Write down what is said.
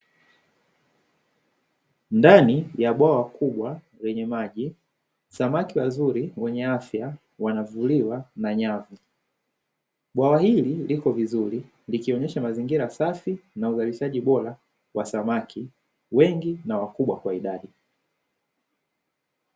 Ndani ya bwawa kubwa lenye maji samaki wazuri mwenye afya wanazuiliwa na nyavu bwawa hii liko vizuri likionyesha mazingira safi na uzalishaji bora wa samaki wengi na wakubwa kwa idadi.